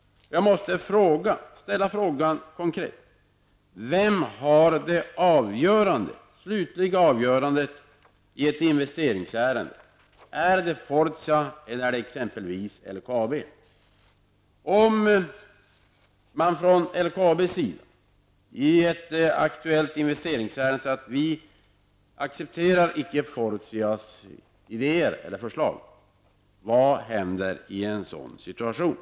Jag måste ställa en konkret fråga: Vem har det slutliga avgörandet i investeringsärendet, är det Fortia eller exempelvis LKAB? Om man från LKABs sida i ett aktuellt investeringsärende säger att man inte accepterar Fortias idéer och förslag, vad händer i en sådan situation?